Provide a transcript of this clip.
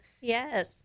Yes